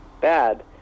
bad